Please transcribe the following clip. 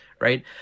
right